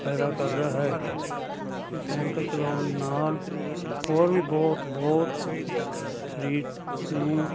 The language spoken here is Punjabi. ਫ਼ਾਇਦਾ ਕਰਦਾ ਹੈ ਇਹ ਸੈਂਕਲ ਚਲਾਉਣ ਨਾਲ ਹੋਰ ਵੀ ਬਹੁਤ ਬਹੁਤ ਸਰੀਰ ਨੂੰ